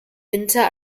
winter